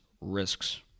risks